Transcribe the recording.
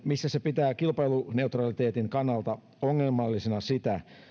missä se pitää kilpailuneutraliteetin kannalta ongelmallisena sitä